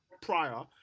prior